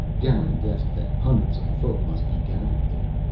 garin guessed that hundreds of the folk must be gathered there.